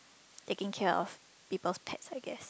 taking care of people's pets I guess